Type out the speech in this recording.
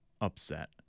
upset